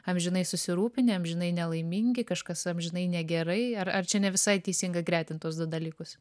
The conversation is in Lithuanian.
amžinai susirūpinę amžinai nelaimingi kažkas amžinai negerai ar ar čia ne visai teisinga gretint tuos du dalykus